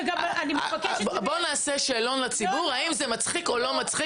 אני גם מבקשת -- בואו נעשה שאלון לציבור האם זה מצחיק או לא מצחיק